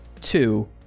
two